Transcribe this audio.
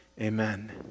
Amen